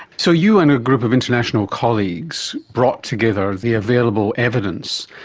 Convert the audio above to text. so you and a group of international colleagues brought together the available evidence.